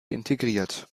integriert